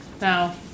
Now